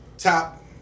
Top